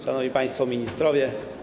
Szanowni Państwo Ministrowie!